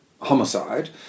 Homicide